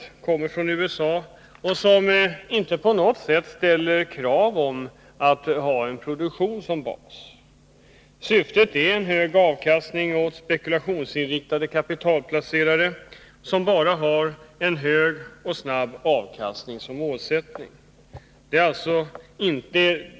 De kommer från USA och ställer inte på något sätt krav på att ha en produktion som bas. Syftet är en hög avkastning, och spekulationsinriktade kapitalplacerare har bara en hög och snabb avkastning som målsättning.